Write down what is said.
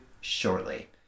shortly